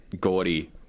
gordy